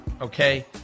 okay